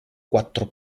quattro